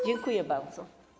Dziękuję bardzo.